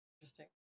Interesting